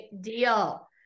deal